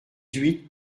huit